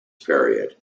period